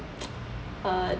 uh